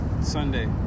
Sunday